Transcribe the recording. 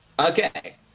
Okay